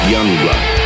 Youngblood